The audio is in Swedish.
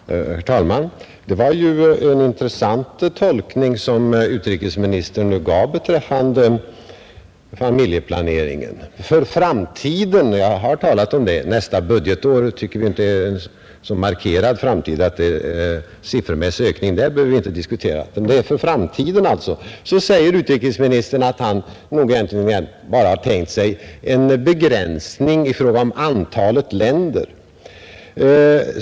Herr talman! Det var en intressant tolkning som utrikesministern gav beträffande familjeplaneringen. För framtiden — jag har talat om den; nästa budgetår tycker vi nämligen inte är någon sådan markerad framtid, att vi behöver diskutera någon siffermässig ökning — säger utrikesministern att han nog egentligen bara tänkt sig en begränsning i fråga om antalet länder.